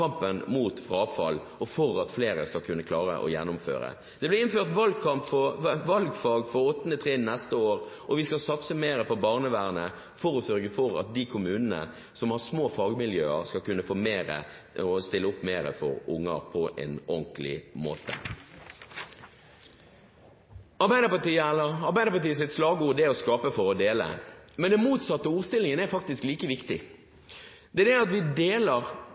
kampen mot frafall og for at flere skal kunne klare å gjennomføre. Det blir innført valgfag for 8. trinn neste år. Og vi skal satse mer på barnevernet for å sørge for at de kommunene som har små fagmiljøer, skal kunne stille opp mer for unger på en ordentlig måte. Ett av Arbeiderpartiets slagord er «å skape for å dele». Men den motsatte ordstillingen er faktisk like viktig: å dele for å skape. Det er det at vi deler,